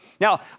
Now